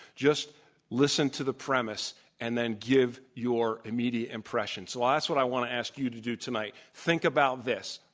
just listen to the premise and then give your immediate impression. so that'swhat but i want to ask you to do tonight. think about this.